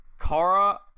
Kara